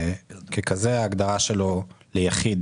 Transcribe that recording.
וככזה ההגדרה שלו ליחיד